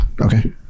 okay